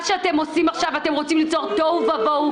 אתם רוצים ליצור תוהו ובוהו